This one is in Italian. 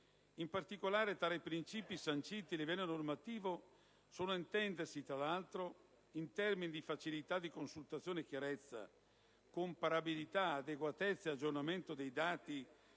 In particolare, tali principi, sanciti a livello normativo, sono da intendersi, tra l'altro, in termini di facilità di consultazione, chiarezza, comparabilità, adeguatezza e aggiornamento dei dati